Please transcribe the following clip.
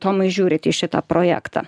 tomai žiūrit į šitą projektą